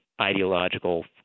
ideological